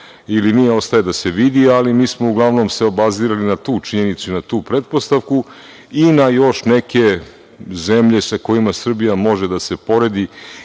ili nije ostaje da se vidi, ali mi smo se uglavnom obazirali na tu činjenicu i na tu pretpostavku i na još neke zemlje sa kojima Srbija može da se poredi,